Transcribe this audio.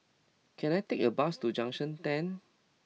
can I take a bus to Junction ten